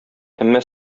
әмма